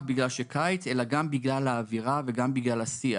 בגלל שקיץ אלא גם בגלל האווירה וגם בגלל השיח.